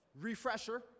refresher